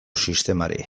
sistemari